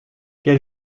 quel